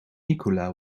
nikola